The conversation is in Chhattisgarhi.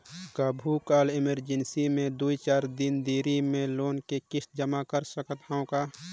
कभू काल इमरजेंसी मे दुई चार दिन देरी मे लोन के किस्त जमा कर सकत हवं का?